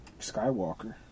Skywalker